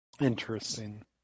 Interesting